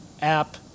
app